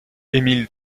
émile